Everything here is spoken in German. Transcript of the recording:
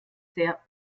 sehr